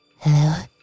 Hello